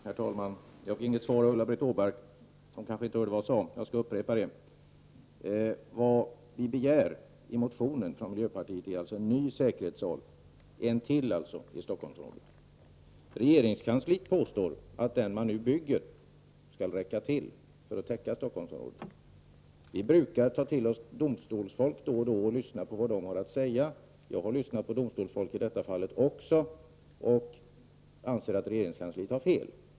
Herr talman! Jag fick inget svar av Ulla-Britt Åbark. Hon hörde kanske inte vad jag sade. Jag skall därför upprepa det. Vad vi i miljöpartiet begär i vår motion är en ny säkerhetssal, dvs. ytterligare en, i Stockholmsområdet. Regeringskansliet påstår att den som nu byggs skall räcka till för att täcka Stockholmsområdet. Vi brukar ta till oss domstolsfolk då och då och lyssna på vad de har att säga. Och jag har lyssnat på domstolsfolk även i detta fall, och jag anser att regeringskansliet har fel.